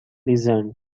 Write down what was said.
listened